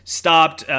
stopped